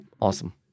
Awesome